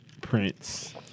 Prince